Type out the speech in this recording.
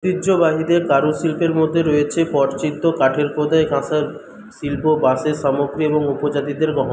ঐতিহ্যবাহী কারুশিল্পের মধ্যে রয়েছে পটচিত্র কাঠের খোদাই কাঁসার শিল্প বাঁশের সামগ্রী এবং উপজাতিদের গহনা